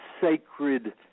sacred